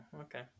okay